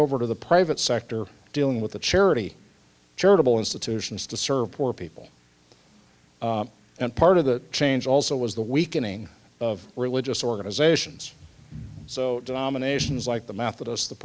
over to the private sector dealing with the charity charitable institutions to serve poor people and part of that change also was the weakening of religious organizations so dominations like the mouth of us the